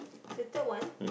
the third one